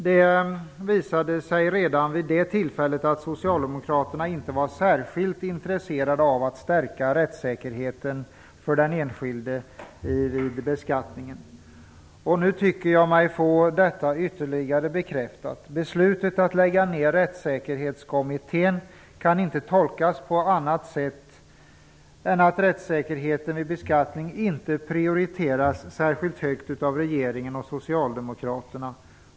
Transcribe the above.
Det visade sig redan i det fallet att socialdemokraterna inte var särskilt intresserade av att stärka rättssäkerheten för den enskilde vid beskattningen. Nu tycker jag mig på detta sätt ytterligare få det bekräftat. Beslutet att lägga ned rättssäkerhetskommittén kan inte tolkas på annat sätt än att rättssäkerheten vid beskattning inte prioriteras särskilt högt av regeringen och socialdemokraterna.